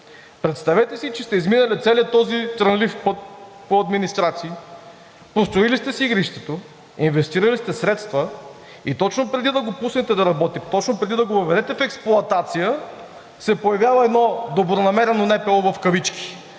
Представете си, че сте изминали целия този трънлив път по администрации, построили сте си игрището, инвестирали сте средства и точно преди да го пуснете да работи, точно преди да го въведете в експлоатация, се появява едно добронамерено НПО в кавички.